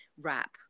wrap